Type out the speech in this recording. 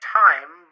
time